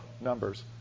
Numbers